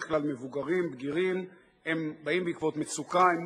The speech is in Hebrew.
סוציאליים, שהוטלו עליהם מגבלות מסוימות בתחום